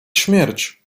śmierć